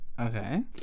Okay